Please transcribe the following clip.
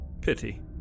Pity